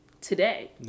today